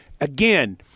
again